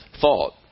thought